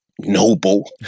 noble